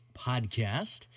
podcast